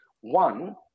one